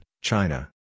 China